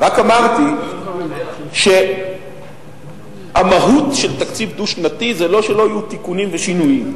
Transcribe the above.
רק אמרתי שהמהות של תקציב דו-שנתי זה לא שלא יהיו תיקונים ושינויים,